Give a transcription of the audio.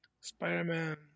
Spider-Man